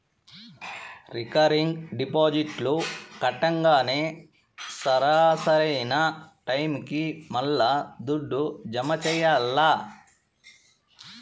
recurring డిపాజిట్లు కట్టంగానే సరా, సరైన టైముకి మల్లా దుడ్డు జమ చెయ్యాల్ల